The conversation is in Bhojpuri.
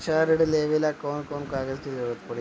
शिक्षा ऋण लेवेला कौन कौन कागज के जरुरत पड़ी?